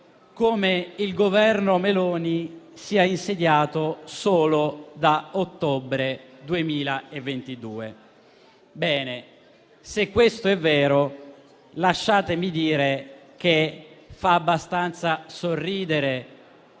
come il Governo Meloni sia insediato solo da ottobre 2022. Ebbene, se questo è vero, lasciatemi dire che fa abbastanza sorridere